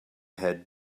head